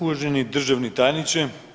Uvaženi državni tajniče.